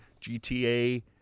GTA